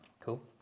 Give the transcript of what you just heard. cool